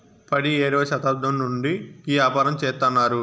పడియేడవ శతాబ్దం నుండి ఈ యాపారం చెత్తన్నారు